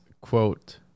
quote